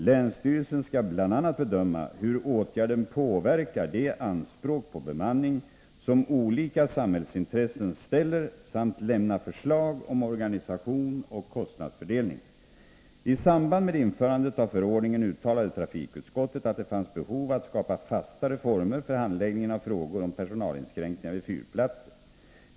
Länsstyrelsen skall bl.a. bedöma hur åtgärden påverkar de anspråk på bemanning som olika samhällsintressen ställer samt lämna förslag om organisation och kostnadsfördelning. I samband med införandet av förordningen uttalade trafikutskottet att det fanns behov av att skapa fastare former för handläggningen av frågor om personalinskränkningar vid fyrplatser.